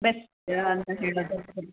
best ಅಂತ ಹೇಳೋದಾದರೆ